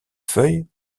feuille